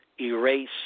erase